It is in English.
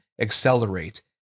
accelerate